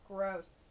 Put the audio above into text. Gross